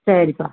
சரிப்பா